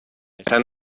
izan